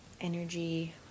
energy